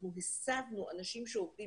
אנחנו הסבנו אנשים שעובדים